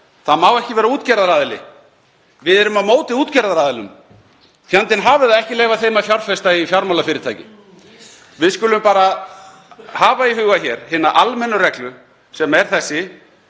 Það má ekki vera útgerðaraðili, við erum á móti útgerðaraðilum, fjandinn hafi það, ekki leyfa þeim að fjárfesta í fjármálafyrirtækjum. Við skulum bara hafa í huga hér hina almennu reglu sem er þessi: